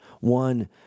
one